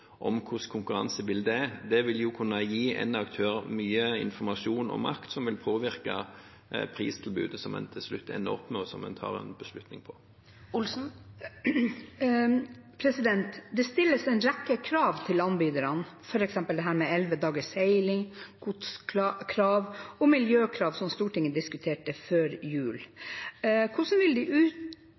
er. Det vil kunne gi en aktør mye informasjon og makt, som vil påvirke pristilbudet som man til slutt ender opp med og tar en beslutning på. Det stilles en rekke krav til anbyderne, f.eks. elleve dagers seiling, godskrav og miljøkrav, som Stortinget diskuterte før jul. Hvordan vil de